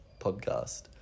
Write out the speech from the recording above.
podcast